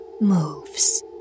moves